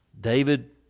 David